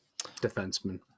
defenseman